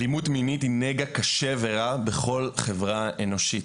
אלימות מינית היא נגע קשה ורע בכל חברה אנושית.